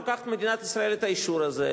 לוקחת מדינת ישראל את האישור הזה,